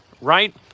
right